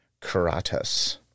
Karatas